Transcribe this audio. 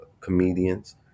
comedians